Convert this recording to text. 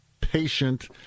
patient